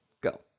go